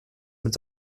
mit